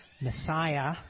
Messiah